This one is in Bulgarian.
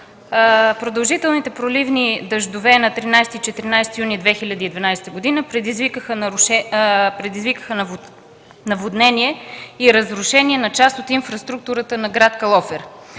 Продължителните проливни дъждове на 13 и 14 юни 2012 г. предизвикаха наводнения и разрушения на част от инфраструктурата на град Калофер.